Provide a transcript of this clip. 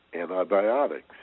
antibiotics